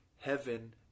heaven